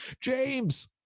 James